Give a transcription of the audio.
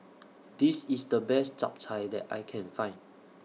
This IS The Best Chap Chai that I Can Find